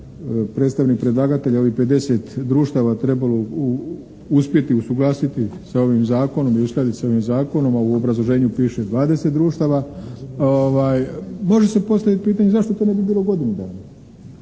predstavnik predlagatelja ovih 50 društava trebalo uspjeti usuglasiti sa ovim zakonom i uskladiti sa ovim zakonom, a u obrazloženju piše 20 društava, može se postaviti pitanje zašto to ne bilo godinu dana.